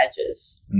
edges